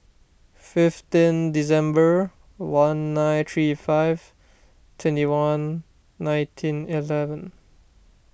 fifteen December one nine three five twenty one nineteen eleven